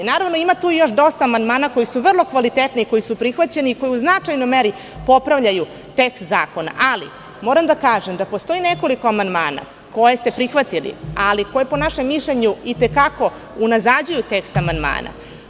Ima tu još dosta amandmana koji su vrlo kvalitetni i koji su prihvaćeni, koji u značajnoj meri popravljaju tekst zakona, ali moram da kažem da postoji nekoliko amandmana koje ste prihvatili, ali koji, po našem mišljenju, unazađuju tekst amandmana.